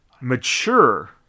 mature